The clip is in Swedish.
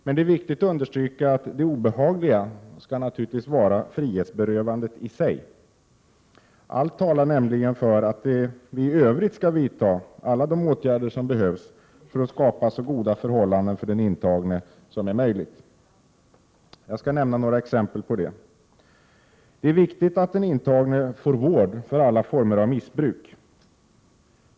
Men det är viktigt att understryka att det obehagliga skall vara frihetsberövandet i sig. Allt talar nämligen för att vi i övrigt skall vidta alla de åtgärder som behövs för att skapa så goda förhållanden för den intagne som möjligt. Jag skall nämna några exempel på detta. Det är viktigt att den intagne får vård för alla former av missbruk.